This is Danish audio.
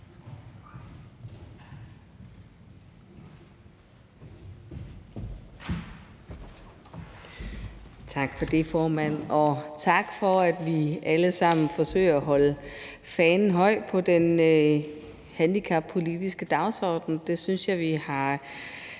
Tak for det, formand. Og tak for, at vi allesammen forsøger at holde fanen højt på den handicappolitiske dagsorden. Det synes jeg vi har